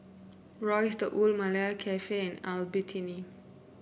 Royce The Old Malaya Cafe and Albertini